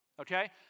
okay